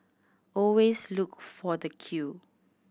always look for the queue